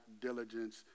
diligence